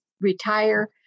retire